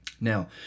Now